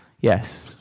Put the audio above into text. yes